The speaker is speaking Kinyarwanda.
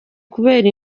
kubera